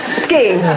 skiing!